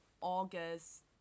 august